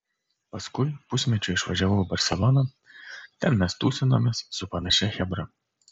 paskui pusmečiui išvažiavau į barseloną ten mes tūsinomės su panašia chebra